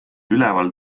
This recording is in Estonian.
üleval